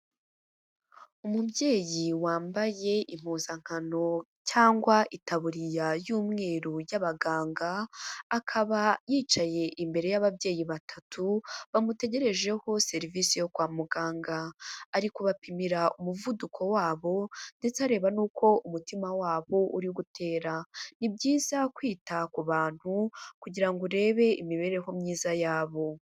Umubyeyi wambaye impuzankano cyangwa itaburiya y'umweru y'abaganga, akaba yicaye imbere y'ababyeyi batatu, bamutegerejeho serivisi yo kwa muganga, ari kubapimira umuvuduko wabo ndetse areba n'uko umutima wabo uri gutera, ni byiza kwita ku bantu kugira ngo urebe imibereho myiza yabo.